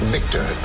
Victor